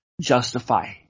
justify